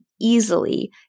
easily